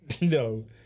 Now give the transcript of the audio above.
No